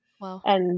Wow